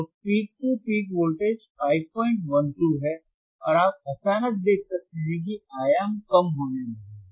तो पीक से peak voltage 512 है और आप अचानक देख सकते हैं कि आयाम कम होने लगेगा